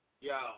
Yo